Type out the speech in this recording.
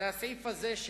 זה הסעיף הזה,